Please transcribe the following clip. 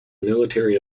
military